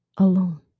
alone